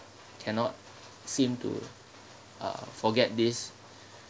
cannot seem to uh forget this